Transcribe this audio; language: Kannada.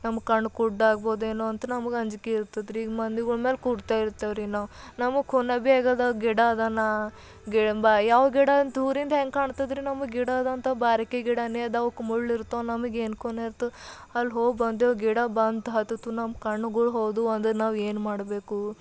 ನಮಗ್ ಕಣ್ಣು ಕುರ್ಡ್ ಆಗ್ಬೋದೇನೋ ಅಂತ ನಮಗ್ ಅಂಜಿಕೆ ಇರ್ತದೆ ರೀ ಈಗ ಮಂದಿಗಳ ಮೇಲೆ ಕೂಡ್ತಾ ಇರ್ತೇವೆ ರೀ ನಾವು ನಮಗ್ ಕೂನೆ ಬಿ ಆಗೋದ್ ಗಿಡ ಇದೆನಾ ಯಾವ ಗಿಡ ಅಂತ ದೂರಿಂದ ಹೆಂಗೆ ಕಾಣ್ತದೆ ರೀ ನಮಗ್ ಗಿಡ ಇದೆ ಅಂತ ಬಾರಿಕೆ ಗಿಡವೇ ಇದಾವ್ ಅವ್ಕೆ ಮುಳ್ಳು ಇರ್ತವೆ ನಮಗ್ ಏನು ಕೂನೆ ಇರ್ತೆ ಅಲ್ಲಿ ಹೋಗಿ ಬಂದೇವೆ ಗಿಡ ಬಂತು ಹತ್ತಿತು ನಮ್ಮ ಕಣ್ಣುಗಳು ಹೋದವು ಅಂದರೆ ನಾವು ಏನು ಮಾಡಬೇಕು